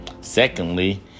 Secondly